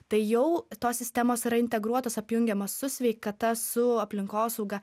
tai jau tos sistemos yra integruotos apjungiamos su sveikata su aplinkosauga